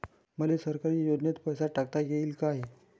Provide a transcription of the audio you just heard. मले सरकारी योजतेन पैसा टाकता येईन काय?